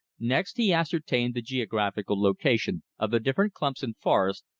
next he ascertained the geographical location of the different clumps and forests,